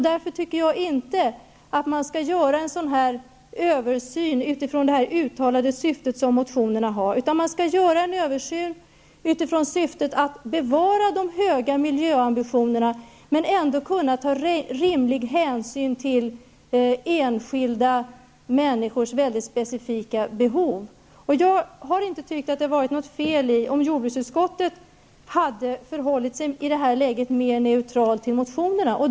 Därför tycker jag inte att man skall göra en översyn utifrån det uttalade syfte som motionärerna har, utan man skall göra en översyn utifrån syftet att de höga miljöambitionerna skall bevaras men att rimlig hänsyn ändå skall kunna tas till enskilda människors väldigt specifika behov. Det hade inte varit något fel om jordbruksutskottet i detta läge hade förhållit sig mer neutralt till motionerna.